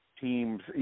teams –